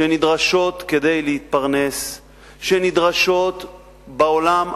שנדרשות כדי להתפרנס, שנדרשות בעולם המודרני,